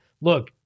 look